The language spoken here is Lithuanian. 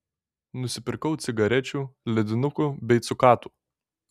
nusipirkau cigarečių ledinukų bei cukatų